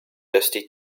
dusty